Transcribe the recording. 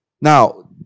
Now